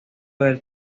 del